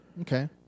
Okay